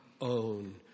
own